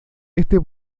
este